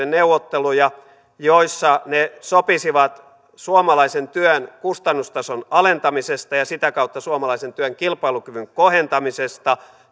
neuvotteluja joissa ne sopisivat suomalaisen työn kustannustason alentamisesta ja sitä kautta suomalaisen työn kilpailukyvyn kohentamisesta